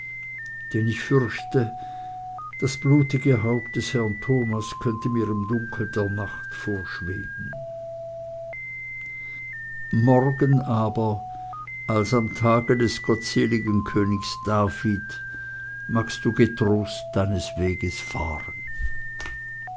denn ich fürchte das blutige haupt des herrn thomas könnte mir im dunkel der nacht vorschweben morgen aber als am tage des gottseligen königs david magst du getrost deines weges fahren